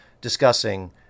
discussing